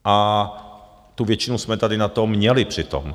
A tu většinu jsme tady na to měli přitom.